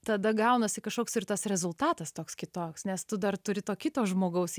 tada gaunasi kažkoks ir tas rezultatas toks kitoks nes tu dar turi to kito žmogaus